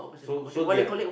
so so that